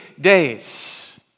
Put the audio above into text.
days